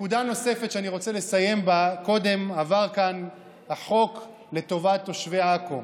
נקודה נוספת שאני רוצה לסיים בה: קודם עבר כאן החוק לטובת תושבי עכו,